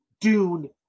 Dune